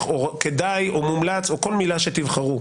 או כדאי או מומלץ או כל מילה שתבחרו,